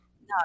no